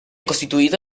costituito